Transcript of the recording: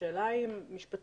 השאלה אם משפטית